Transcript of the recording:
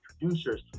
producers